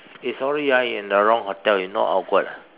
eh sorry ah I in the wrong hotel you not awkward ah